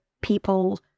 people